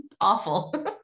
awful